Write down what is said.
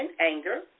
anger